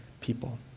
people